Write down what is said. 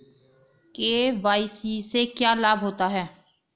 KYC से क्या लाभ होता है?